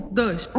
dois